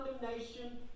condemnation